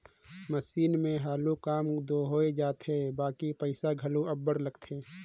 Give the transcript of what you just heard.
machine ले हालु काम दो होए जाथे बकि पइसा घलो अब्बड़ लागथे